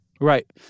Right